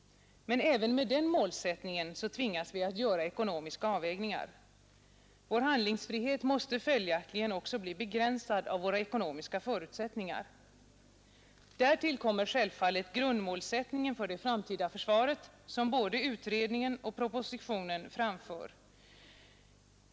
Men även med den målsättningen tvingas vi att göra ekonomiska avvägningar. Vår handlingsfrihet måste följaktligen bli begränsad också av våra ekonomiska förutsättningar. Därtill kommer självfallet grundmålsättningen för det framtida försvaret, som både utredningen och propositionen framför.